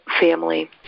family